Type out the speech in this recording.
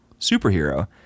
superhero